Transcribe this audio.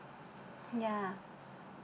ya